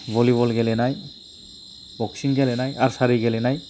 volleyball गेलेनाय boxing गेलेनाय archery गेलेनाय